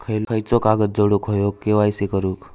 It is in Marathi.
खयचो कागद जोडुक होयो के.वाय.सी करूक?